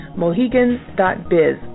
mohegan.biz